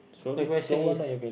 the question is